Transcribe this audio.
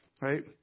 right